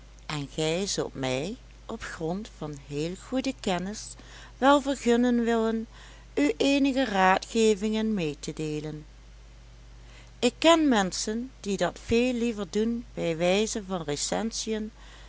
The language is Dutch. en gij zult mij op grond van heel goede kennis wel vergunnen willen u eenige raadgevingen mede te deelen ik ken menschen die dat veel liever doen bij wijze van recensiën